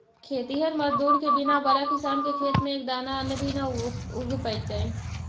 खेतिहर मजदूर के बिना बड़ा किसान के खेत में एक दाना अन्न भी न उग पइतइ